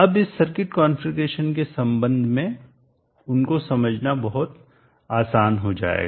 अब इस circuit configuration के संबंध में उनको समझना बहुत आसान हो जाएगा